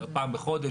-- או פעם בחודש,